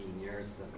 years